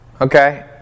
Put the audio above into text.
okay